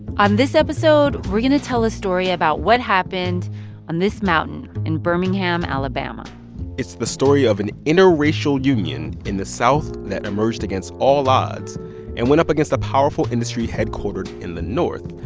on this episode, were going to tell a story about what happened on this mountain in birmingham, ala but um ah it's the story of an interracial union in the south that emerged against all odds and went up against a powerful industry headquartered in the north.